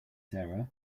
sarah